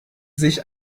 sich